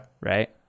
right